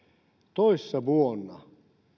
toissa vuonna